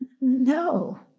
No